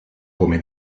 come